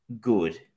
good